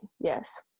Yes